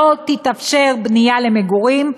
לא תתאפשר בנייה למגורים,